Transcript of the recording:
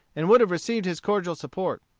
and would have received his cordial support.